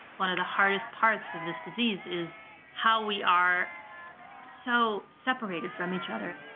one of the hardest parts of this disease is how we are so separated from each other.